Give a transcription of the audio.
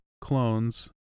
clones